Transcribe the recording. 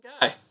guy